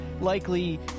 likely